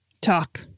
talk